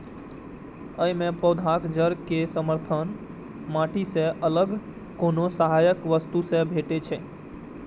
अय मे पौधाक जड़ कें समर्थन माटि सं अलग कोनो सहायक वस्तु सं भेटै छै